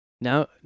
now